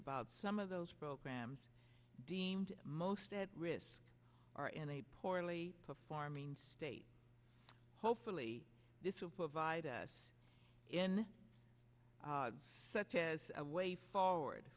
about some of those programs deemed most at risk are in a poorly performing state hopefully this will provide us in such as a way forward